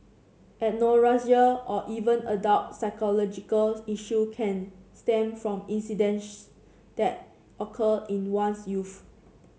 anorexia or even adult psychological issue can stem from incidence that occur in one's youth